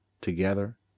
together